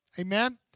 Amen